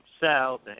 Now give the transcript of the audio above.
South